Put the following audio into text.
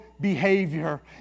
behavior